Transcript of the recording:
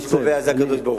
מי שקובע זה הקדוש-ברוך-הוא.